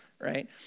right